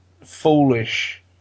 foolish